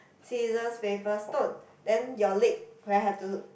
scissors paper stone then your leg will have to